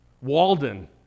Walden